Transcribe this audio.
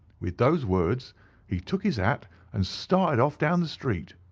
with those words he took his hat and started off down the street.